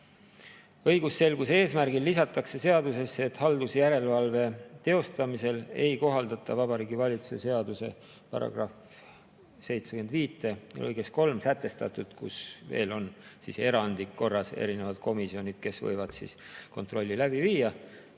Õigusselguse eesmärgil lisatakse seadusesse, et haldusjärelevalve teostamisel ei kohaldata Vabariigi Valitsuse seaduse § 753sätestatut, kus veel on erandi korras erinevad komisjonid, kes võivad kontrolli läbi viia.